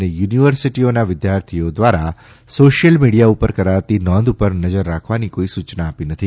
અને યુનિવર્સિટીઓના વિદ્યાર્થીઓ દ્વારા સોશ્થિલ મિડીયા ઉપર કરાતી નોંધ ઉપર નજર રાખવાની કોઇ સૂચના આપી નથી